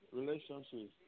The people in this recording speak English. relationship